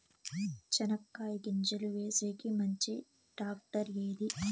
చెనక్కాయ గింజలు వేసేకి మంచి టాక్టర్ ఏది?